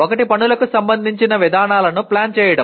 ఒకటి పనులకు సంబంధించిన విధానాలను ప్లాన్ చేయడం